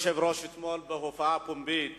אדוני היושב-ראש, אתמול בהופעה פומבית